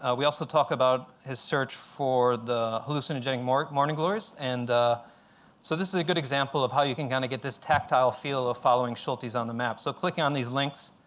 ah we also talk about his search for the hallucinogenic morning morning glories. and so this is a good example of how you can kind of get this tactile feel of following schultes on the map. so clicking on these links,